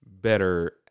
better